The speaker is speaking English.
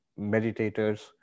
meditators